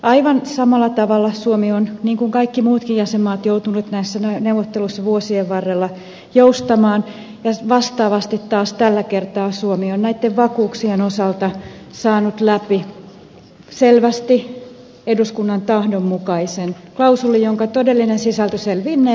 aivan samalla tavalla suomi on niin kuin kaikki muutkin jäsenmaat joutunut näissä neuvotteluissa vuosien varrella joustamaan ja vastaavasti taas tällä kertaa suomi on näitten vakuuksien osalta saanut läpi selvästi eduskunnan tahdon mukaisen klausuulin jonka todellinen sisältö selvinnee lähiviikkoina